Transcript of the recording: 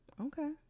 Okay